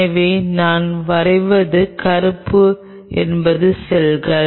எனவே நான் வரைவது கருப்பு என்பது செல்கள்